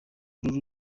lulu